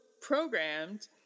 programmed